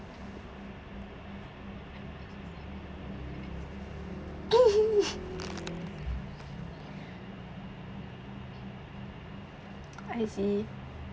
I see